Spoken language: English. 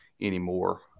anymore